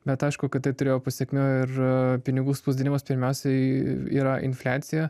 bet aišku kad tai turėjo pasekmių ir pinigų spausdinimas pirmiausiai yra infliacija